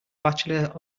bachelor